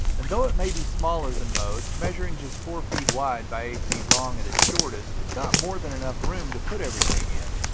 and though it may be smaller than most, measuring just four feet wide by eight feet long at its shortest, it's got more than enough room to put everything in.